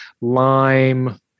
lime